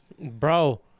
Bro